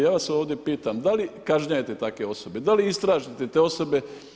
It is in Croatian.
Ja vas ovdje pitam da li kažnjavate takve osobe, da li istražite te osobe?